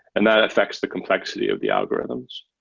and that affects the complexity of the algorithms.